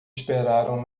esperaram